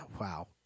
wow